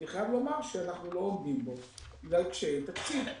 אני חייב לומר שאנחנו לא עומדים בו בגלל קשיי תקציב,